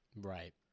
Right